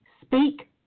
speak